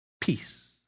peace